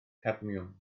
cadmiwm